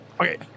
Okay